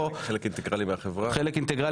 חלק אינטגרלי מהחברה.